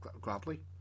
gladly